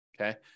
okay